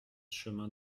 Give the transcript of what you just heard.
chemin